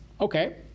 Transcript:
Okay